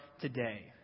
today